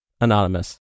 Anonymous